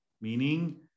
meaning